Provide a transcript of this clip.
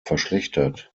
verschlechtert